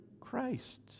christ